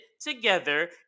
together